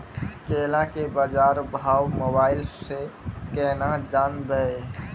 केला के बाजार भाव मोबाइल से के ना जान ब?